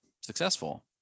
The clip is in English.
successful